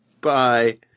Bye